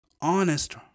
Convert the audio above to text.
honest